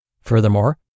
Furthermore